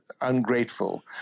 ungrateful